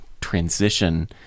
transition